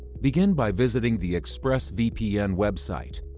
begin by visiting the expressvpn website.